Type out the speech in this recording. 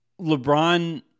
LeBron